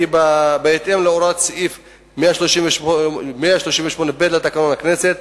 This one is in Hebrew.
כי בהתאם להוראות סעיף 138ב לתקנון הכנסת,